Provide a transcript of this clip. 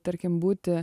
tarkim būti